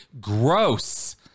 gross